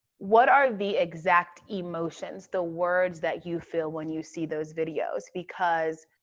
what are the exact emotions, the words that you feel when you see those videos? because